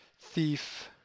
thief